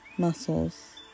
muscles